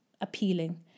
appealing